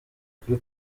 kuri